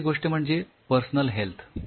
दुसरी गोष्ट म्हणजे पर्सनल हेल्थ